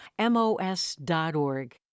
MOS.org